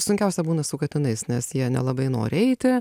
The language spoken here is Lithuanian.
sunkiausia būna su katinais nes jie nelabai nori eiti